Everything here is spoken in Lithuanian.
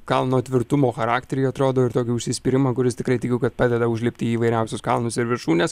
kalno tvirtumo charakterį atrodo ir tokį užsispyrimą kuris tikrai tikiu kad padeda užlipti į įvairiausius kalnus ir viršūnes